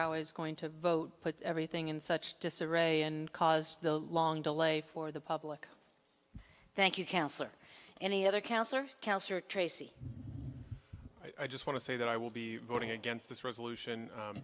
how i was going to vote put everything in such disarray and cause the long delay for the public thank you cancer any other cancer counselor tracey i just want to say that i will be voting against this resolution